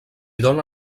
dóna